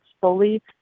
fully